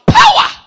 power